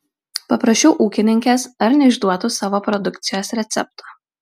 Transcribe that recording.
paprašiau ūkininkės ar neišduotų savo produkcijos recepto